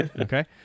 Okay